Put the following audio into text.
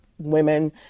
Women